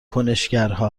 کنشگرها